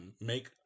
make